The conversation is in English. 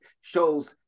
shows